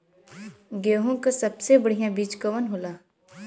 गेहूँक सबसे बढ़िया बिज कवन होला?